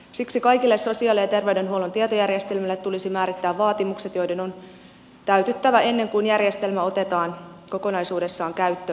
siksi kaikille sosiaali ja terveydenhuollon tietojärjestelmille tulisi määrittää vaatimukset joiden on täytyttävä ennen kuin järjestelmä otetaan kokonaisuudessaan käyttöön